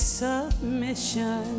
submission